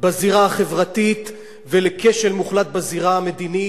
בזירה החברתית ולכשל מוחלט בזירה המדינית,